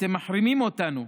אתם מחרימים אותנו,